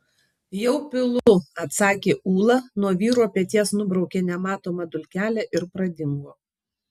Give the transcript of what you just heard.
jau pilu atsakė ūla nuo vyro peties nubraukė nematomą dulkelę ir pradingo